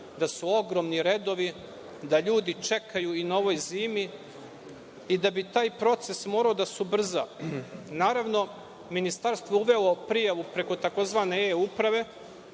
da su ogromni redovi, da ljudi čekaju na ovoj zimi. Taj proces bi morao da se ubrza. Naravno, ministarstvo je uvelo prijavu preko tzv. E uprave.